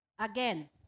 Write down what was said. Again